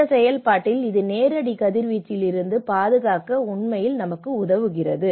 இந்த செயல்பாட்டில் இது நேரடி கதிர்வீச்சிலிருந்து பாதுகாக்க உண்மையில் நமக்கு உதவுகிறது